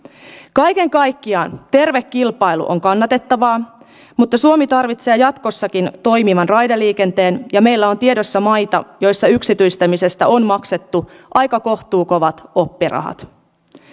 kaiken kaikkiaan terve kilpailu on kannatettavaa mutta suomi tarvitsee jatkossakin toimivan raideliikenteen ja meillä on tiedossa maita joissa yksityistämisestä on maksettu aika kohtuukovat oppirahat